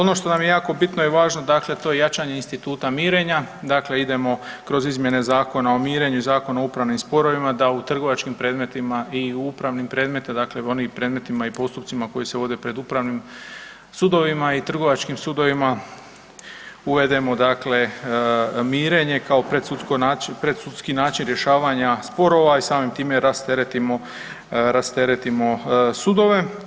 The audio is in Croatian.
Ono što nam je jako bitno i važno dakle to je jačanje instituta mirenja, dakle idemo kroz izmjene Zakona o mirenju i Zakona o upravnim sporovima da u trgovačkim predmetima i u upravnim predmetima dakle onim predmetima i postupcima koji se vode pred upravnim sudovima i trgovačkim sudovima uvedemo dakle mirenje kao predsudski način rješavanja sporova i samim time rasteretimo sudove.